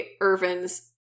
Irvin's